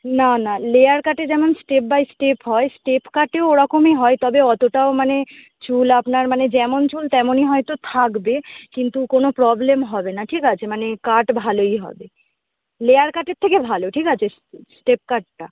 না না লেয়ার কাটে যেমন স্টেপ বাই স্টেপ হয় স্টেপ কাটেও ওরকমই হয় তবে অতটাও মানে চুল আপনার মানে যেমন চুল তেমনই হয়তো থাকবে কিন্তু কোনো প্রবলেম হবে না ঠিক আছে মানে কাট ভালোই হবে লেয়ার কাটের থেকে ভালো ঠিক আছে স্টেপ কাটটা